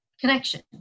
connection